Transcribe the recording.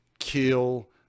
kill